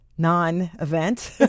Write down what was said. non-event